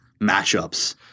matchups